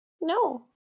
No